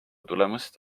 tulemust